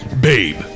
Babe